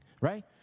Right